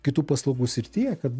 kitų paslaugų srityje kad